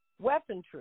weaponry